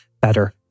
better